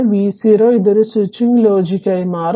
v0 ഇത് ഒരു switching ലോജിക്കായി മാറും